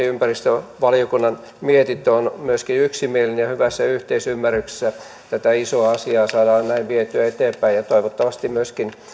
ympäristövaliokunnan mietintö on myöskin yksimielinen ja hyvässä yhteisymmärryksessä tätä isoa asiaa saadaan näin vietyä eteenpäin ja toivottavasti myöskin